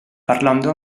parlando